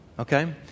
Okay